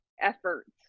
efforts